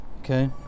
Okay